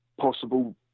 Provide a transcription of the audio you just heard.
possible